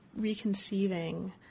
reconceiving